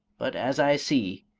but as i see